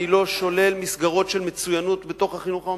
אני לא שולל מסגרות של מצוינות בתוך החינוך הממלכתי.